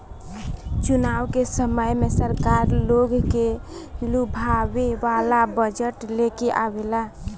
चुनाव के समय में सरकार लोग के लुभावे वाला बजट लेके आवेला